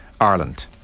Ireland